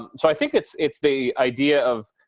and so i think it's it's the idea of.